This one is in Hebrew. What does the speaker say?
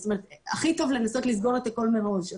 הכי טוב לנסות לסגור את הכול מראש,